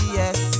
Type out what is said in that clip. yes